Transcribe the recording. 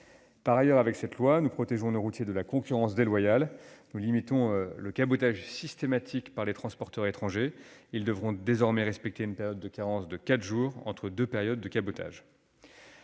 Par ailleurs, nous protégeons nos routiers de la concurrence déloyale, en limitant le cabotage systématique par les transporteurs étrangers. Ces derniers devront désormais respecter une période de carence de quatre jours entre deux périodes de cabotage.